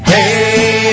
Hey